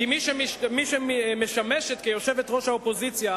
כי מי שמשמשת יושבת-ראש האופוזיציה